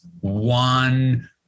one